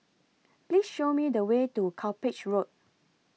Please Show Me The Way to Cuppage Road